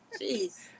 Jeez